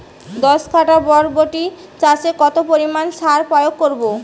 দশ কাঠা বরবটি চাষে কত পরিমাণ সার প্রয়োগ করব?